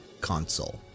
console